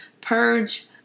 purge